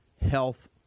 health